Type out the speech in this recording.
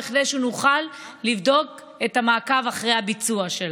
כדי שנוכל לעקוב אחרי הביצוע שלה.